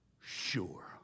sure